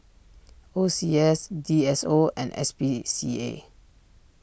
O C S D S O and S P C A